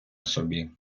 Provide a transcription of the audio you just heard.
собі